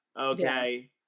okay